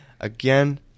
Again